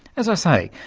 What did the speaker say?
as i say,